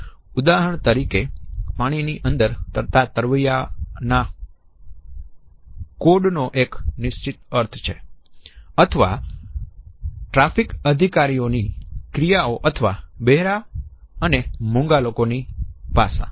ઉદાહરણ તરીકે પાણીની અંદર તરતા તરવૈયાના કોટ નો એક નિશ્ચિત અર્થ છે અથવા ટ્રાફિક સિગ્નલ અધિકારીની ક્રિયાઓ અથવા બહેરા અને મુંગા લોકો ની ભાષા